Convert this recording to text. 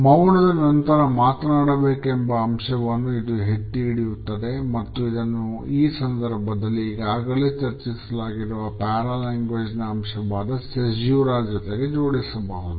ಮೌನದ ನಂತರ ಮಾತನಾಡಬೇಕೆಂಬ ಅಂಶವನ್ನು ಇದು ಎತ್ತಿಹಿಡಿಯುತ್ತದೆ ಮತ್ತು ಇದನ್ನು ಈ ಸಂದರ್ಭದಲ್ಲಿ ಈಗಾಗಲೇ ಚರ್ಚಿಸಲಾಗಿರುವ ಪ್ಯಾರಾ ಲ್ಯಾಂಗ್ವೇಜ್ ನ ಅಂಶವಾದ ಸೀಸುರ ನ ಜೊತೆಗೆ ಜೋಡಿಸಬಹುದು